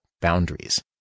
boundaries